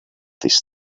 this